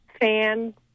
Fans